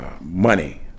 money